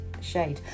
shade